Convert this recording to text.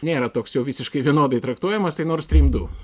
nėra toks jau visiškai vienodai traktuojamas tai nord stream du